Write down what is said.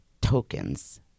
tokens